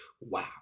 wow